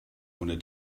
ohne